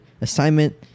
assignment